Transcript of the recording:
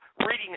reading